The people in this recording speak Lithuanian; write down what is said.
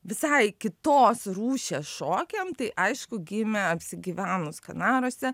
visai kitos rūšies šokiam tai aišku gimė apsigyvenus kanaruose